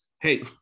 hey